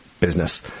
business